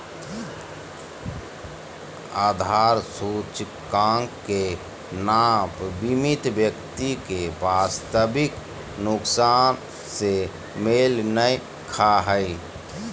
आधार सूचकांक के नाप बीमित व्यक्ति के वास्तविक नुकसान से मेल नय खा हइ